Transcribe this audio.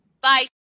bye